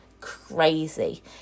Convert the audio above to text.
crazy